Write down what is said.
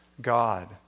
God